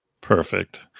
Perfect